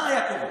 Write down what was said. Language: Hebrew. מה היה קורה?